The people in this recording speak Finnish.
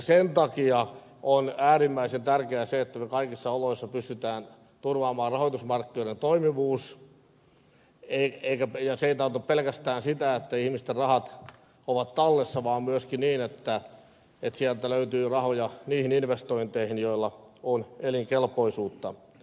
sen takia on äärimmäisen tärkeää se että me kaikissa oloissa pystymme turvaamaan rahoitusmarkkinoiden toimivuuden ja se ei tarkoita pelkästään sitä että ihmisten rahat ovat tallessa vaan myöskin sitä että sieltä löytyy rahoja niihin investointeihin joilla on elinkelpoisuutta